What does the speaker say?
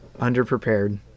Underprepared